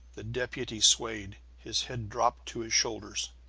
the deputy swayed his head dropped to his shoulders.